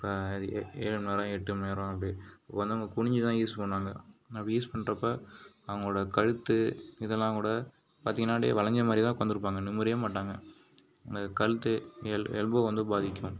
இப்போ ஏழு மணிநேரம் எட்டு மணிநேரம் அப்படி உடம்ப குனிஞ்சுதான் யூஸ் பண்ணுவாங்க அப்படி யூஸ் பண்ணுறப்ப அவங்களோட கழுத்து இதல்லாம்கூட பார்த்திங்கனா அப்படியே வளைஞ்ச மாதிரியேதான் உக்காந்துருப்பாங்க நிமிறவே மாட்டாங்க கழுத்து எல்போ வந்து பாதிக்கும்